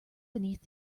beneath